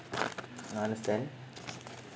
I understand